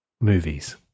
movies